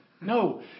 No